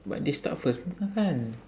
but they start first bukan kan